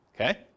Okay